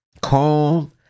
calm